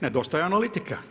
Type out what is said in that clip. Nedostaje analitika.